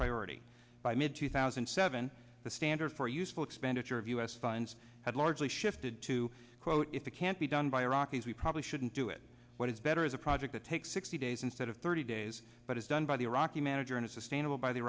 priority by mid two thousand and seven the standard for useful expenditure of u s funds had largely shifted to quote if it can't be done by iraqis we probably shouldn't do it what is better is a project that takes sixty days instead of thirty days but it's done by the iraqi manager in a sustainable by the